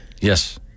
Yes